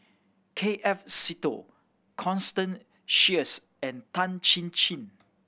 K F Seetoh Constance Sheares and Tan Chin Chin